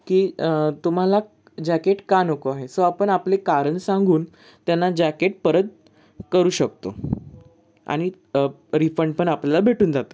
की तुम्हाला जॅकेट का नको आहे सो आपण आपले कारण सांगून त्यांना जॅकेट परत करू शकतो आणि रिफंड पण आपल्याला भेटून जातो